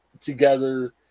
together